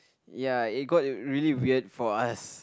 ya it got really weird for us